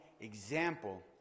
example